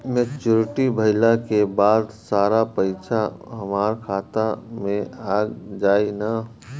Maturity भईला के बाद सारा पईसा हमार खाता मे आ जाई न?